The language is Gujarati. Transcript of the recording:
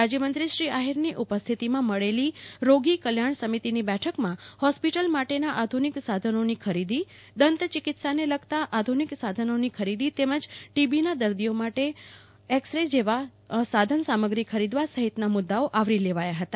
રાજયમંત્રી શ્રી આહીરની ઉપસ્થિતિમાં મળેલી રોગી કલ્યાણ સમિતિની બેઠકમાં હોસ્પિટલ માટે ના આધ્રનિક સાધનોની ખરીદી દંત ચિકિત્સા ને લગતા આધ્રનિક સાધનોની ખરીદી તેમજ ટીબીના દર્દીઓ માટે એક્ષરે માટેના એમઓયુ કરવા સહિતના મુદ્દાઓ આવરી લેવાયા હતા